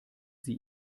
sie